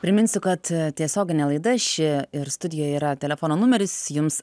priminsiu kad tiesioginė laida ši ir studijoj yra telefono numeris jums